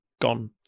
gone